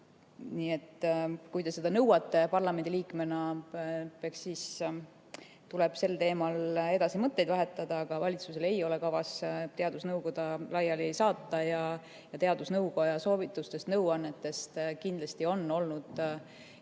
Nii et kui te seda nõuate parlamendiliikmena, eks siis tuleb sel teemal edasi mõtteid vahetada, aga valitsusel ei ole kavas teadusnõukoda laiali saata. Teadusnõukoja soovitustest ja nõuannetest kindlasti on olnud nii